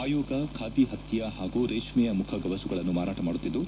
ಆಯೋಗ ಖಾದಿ ಪತ್ತಿಯ ಹಾಗೂ ರೇಷ್ಣೆಯ ಮುಖಗವಸುಗಳನ್ನು ಮಾರಾಟ ಮಾಡುತ್ತಿದ್ದು